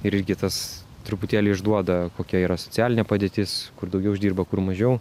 irgi tas truputėlį išduoda kokia yra socialinė padėtis kur daugiau uždirba kur mažiau